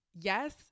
Yes